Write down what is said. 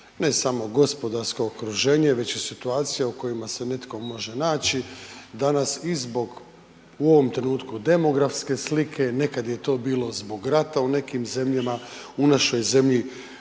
Ne samo gospodarsko okruženje već i situacija u kojima se netko može naći, danas iz zbog u ovom trenutku demografske slike, nekad je to bilo zbog rata u nekim zemljama, u našoj zemlji